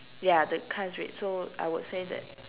ya the car is red so I would say that